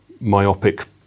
myopic